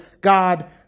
God